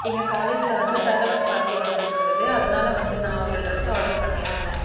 எங்கள் காலேஜில் வந்து ஃபேர்வெல் பார்ட்டி வந்துட்டிருந்துது அதனால் வந்து நான் ஒரு ட்ரெஸ்ஸு ஆட்ரு பண்ணியிருந்தேன்